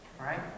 Right